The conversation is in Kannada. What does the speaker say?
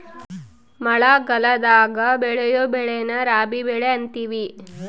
ಮಳಗಲದಾಗ ಬೆಳಿಯೊ ಬೆಳೆನ ರಾಬಿ ಬೆಳೆ ಅಂತಿವಿ